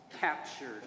captured